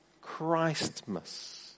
Christmas